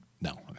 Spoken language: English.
No